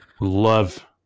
Love